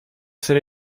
ser